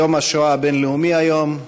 יום השואה הבין-לאומי היום.